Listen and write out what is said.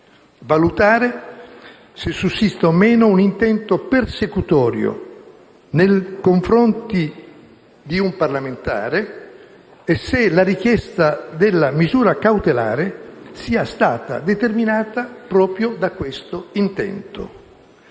valutare se sussista o no un intento persecutorio nei confronti di un parlamentare e se la richiesta della misura cautelare sia stata determinata proprio da questo intento.